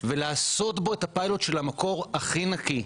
ולעשות בו את הפיילוט של המקור הכי נקי.